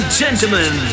gentlemen